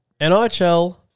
NHL